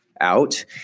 out